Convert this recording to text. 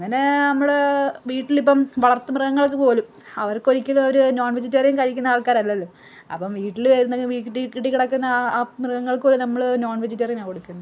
അങ്ങനേ നമ്മള് വീട്ടിലിപ്പം വളർത്ത് മൃഗങ്ങൾക്ക് പോലും അവർക്കൊരിക്കലു അവര് നോൺ വെജിറ്റേറ്യൻ കഴിക്കുന്ന ആൾക്കാരല്ലല്ലൊ അപ്പം വീട്ടില് വരുന്ന വീട്ടിൽ കിടക്കുന്ന ആ അ മൃഗങ്ങൾക്ക് നമ്മള് നോൺ വെജിറ്റേറിയൻ ആണ് കൊടുക്കുന്നത്